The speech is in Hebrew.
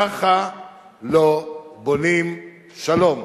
ככה לא בונים שלום.